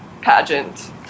pageant